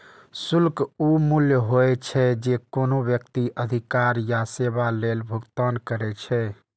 शुल्क ऊ मूल्य होइ छै, जे कोनो व्यक्ति अधिकार या सेवा लेल भुगतान करै छै